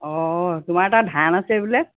অঁ তোমাৰ তাত ধান আছে বোলে